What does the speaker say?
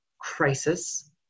crisis